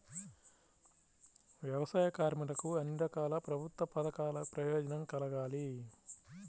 వ్యవసాయ కార్మికులకు అన్ని రకాల ప్రభుత్వ పథకాల ప్రయోజనం కలగాలి